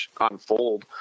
unfold